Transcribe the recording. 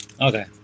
Okay